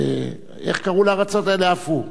איך קראו לארצות האלה, עפו?